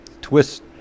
twist